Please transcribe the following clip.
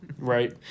Right